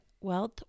wealth